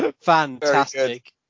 fantastic